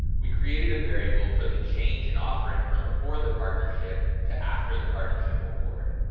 we created a variable for the change in offering from before the partnership to after the partnership award.